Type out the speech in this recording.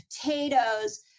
potatoes